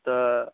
तऽ